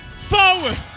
forward